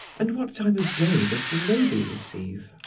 and what time of day does the lady receive?